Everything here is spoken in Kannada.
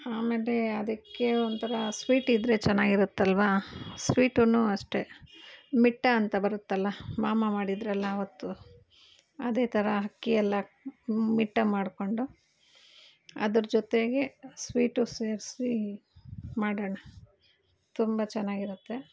ಆಮೇಲೆ ಅದಕ್ಕೆ ಒಂಥರ ಸ್ವೀಟಿದ್ರೆ ಚೆನ್ನಾಗಿರುತ್ತಲ್ವ ಸ್ವೀಟುನು ಅಷ್ಟೇ ಮೀಠಾ ಅಂತ ಬರುತ್ತಲ್ಲ ಮಾಮ ಮಾಡಿದ್ರಲ್ಲ ಆವತ್ತು ಅದೇ ತರ ಅಕ್ಕಿ ಎಲ್ಲ ಮೀಠಾ ಮಾಡ್ಕೊಂಡು ಅದರ ಜೊತೆಗೆ ಸ್ವೀಟು ಸೇರಿಸಿ ಮಾಡೋಣ ತುಂಬ ಚೆನ್ನಾಗಿರುತ್ತೆ